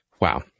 Wow